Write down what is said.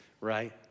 right